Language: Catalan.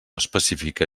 específica